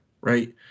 right